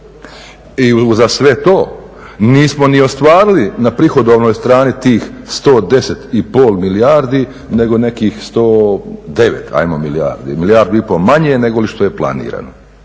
I za sve to nismo ni ostvarili na prihodovnoj strani tih 110 i pol milijardi, nego nekih 109 hajmo milijardi. Milijardu i pol manje negoli što je planirano,